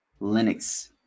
linux